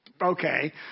Okay